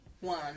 one